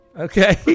Okay